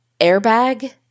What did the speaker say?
airbag